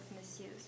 misuse